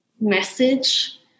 message